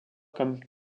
comme